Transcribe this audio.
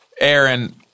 Aaron